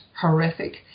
horrific